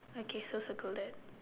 okay so circle that